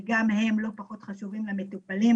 שגם הם לא פחות חשובים למטופלים,